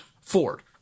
ford